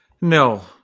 No